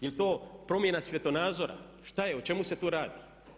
Jel to promjena svjetonazora, što je, o čemu se to radi?